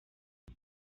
the